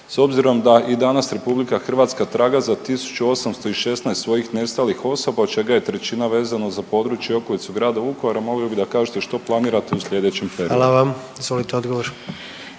S obzirom da i danas RH traga za 1.816 svojih nestalih osoba od čega je trećina vezano za područje i okolicu grada Vukovara molio bi da kažete što planirate u sljedećem periodu? **Jandroković, Gordan